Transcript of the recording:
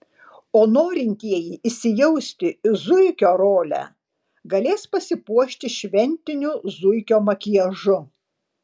o norintieji įsijausti į zuikio rolę galės pasipuošti šventiniu zuikio makiažu